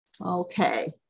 Okay